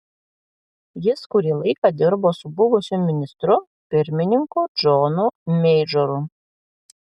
jis kurį laiką dirbo su buvusiu ministru pirmininku džonu meidžoru